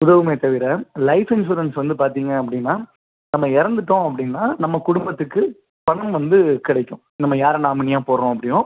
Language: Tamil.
உதவுமே தவிர லைஃப் இன்ஷுரன்ஸ் வந்து பார்த்தீங்க அப்படினா நம்ம இறந்துட்டோம் அப்படினா நம்ம குடும்பத்துக்கு பணம் வந்து கிடைக்கும் நம்ம யாரை நாமினியாக போடுகிறோம் அப்படினோ